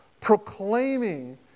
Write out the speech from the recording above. proclaiming